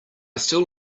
still